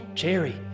Jerry